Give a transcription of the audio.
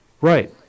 Right